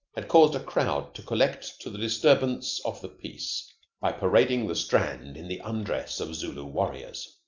had caused a crowd to collect to the disturbance of the peace by parading the strand in the undress of zulu warriors,